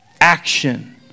action